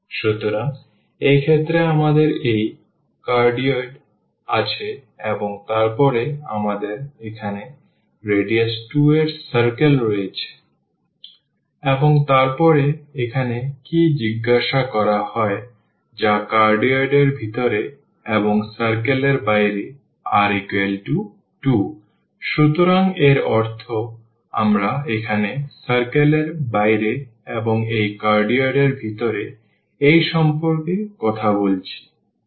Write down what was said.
সুতরাং এক্ষেত্রে আমাদের এই cardioid আছে এবং তারপরে আমাদের এখানে রেডিয়াস 2 এর circle রয়েছে এবং তারপরে এখানে কী জিজ্ঞাসা করা হয় যা cardioid এর ভিতরে এবং circle এর বাইরে r 2 সুতরাং এর অর্থ আমরা এখানে circle এর বাইরে এবং এই cardioid এর ভিতরে এই সম্পর্কে কথা বলছি